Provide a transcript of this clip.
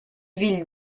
ville